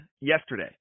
yesterday